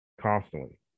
constantly